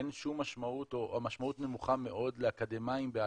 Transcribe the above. אין שום משמעות או המשמעות נמוכה מאוד לאקדמאיים בהייטק?